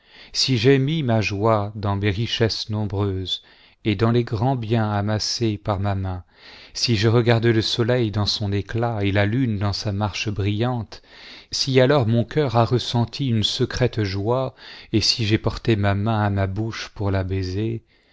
si j'ai mis ma joie dans mes richesses nombreuses et dans les grands biens amassés par ma main si j'ai regardé le soleil dans son éclat et la lune dans sa marche brillante si alors mon cœur a ressenti une secrète joie et si j'ai porté ma main à ma bouche pour la baiser